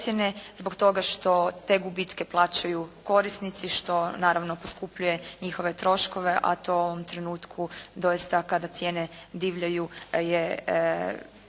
zbog toga što te gubitke plaćaju korisnici, što naravno poskupljuje njihove troškove, a to u ovom trenutku doista kada cijene divljaju je